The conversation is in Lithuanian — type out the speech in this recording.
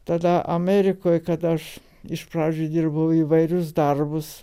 tada amerikoj kada aš iš pradžių dirbau įvairius darbus